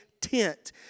tent